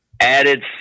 added